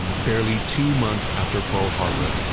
barely two months after pearl harbor,